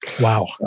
Wow